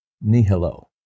nihilo